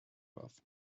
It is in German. was